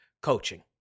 Coaching